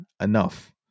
Enough